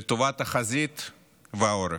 לטובת החזית והעורף.